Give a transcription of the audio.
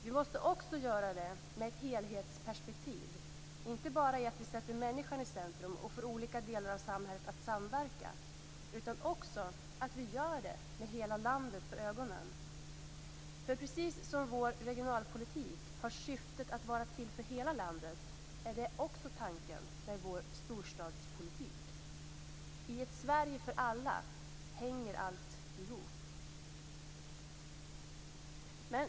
Vi måste också göra det med ett helhetsperspektiv, inte bara så att vi sätter människan i centrum och får olika delar av samhället att samverka utan också att vi gör det med hela landet för ögonen. För precis som vår regionalpolitik har syftet att vara till för hela landet är det också tanken med vår storstadspolitik. I ett Sverige för alla hänger allt ihop.